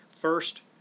First